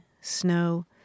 snow